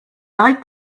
like